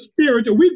spiritual